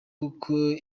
koko